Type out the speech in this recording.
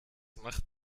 macht